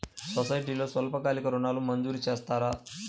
సొసైటీలో స్వల్పకాలిక ఋణాలు మంజూరు చేస్తారా?